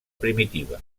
primitiva